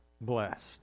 blessed